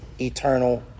eternal